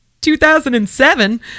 2007